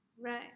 Right